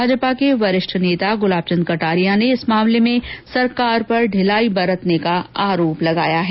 भाजपा के वरिष्ठ नेता गुलाब चन्द कटारिया ने इस मामले में सरकार पर ढिलाई बरतने का आरोप लगाया है